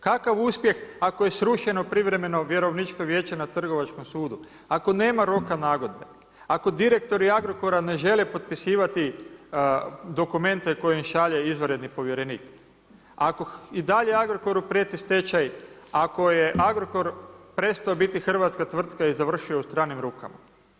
Kakav uspjeh ako je srušeno privremeno vjerovničko vijeće na Trgovačkom sudu, ako nema roka nagodbe, ako direktori Agrokora ne žele potpisivati dokumente koje im šalje izvanredni povjerenik, ako i dalje Agrokoru prijeti stečaj, ako je Agrokor prestao biti hrvatska tvrtka i završio u stranim rukama?